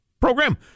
Program